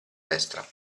destra